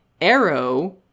arrow